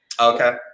Okay